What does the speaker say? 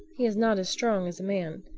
he is not as strong as a man.